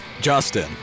Justin